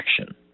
action